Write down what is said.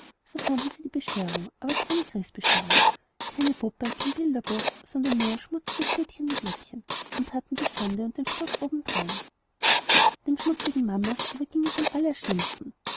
so fanden sie die bescherung aber keine christbescherung keine puppe kein bilderbuch sondern nur schmutzige fädchen und läppchen und hatten die schande und den spott obendrein den schmutzigen mamas aber ging es am allerschlimmsten